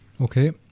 Okay